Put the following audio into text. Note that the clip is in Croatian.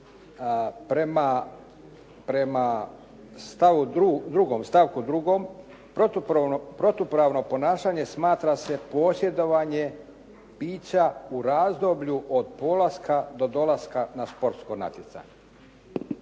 drugom, stavku drugom protupravno ponašanje smatra se posjedovanje bića u razdoblju od polaska do dolaska na sportsko natjecanje.